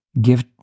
Give